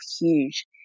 huge